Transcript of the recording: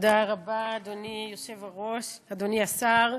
אדוני היושב-ראש, תודה רבה, אדוני השר,